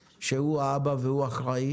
ששר התיירות מרגיש שהוא האבא והוא אחראי.